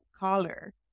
color